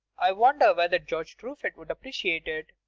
i wonder whether george triiefit would appreciate it.